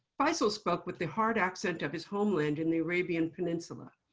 faisal spoke with the hard accent of his homeland in the arabian peninsula.